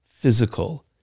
physical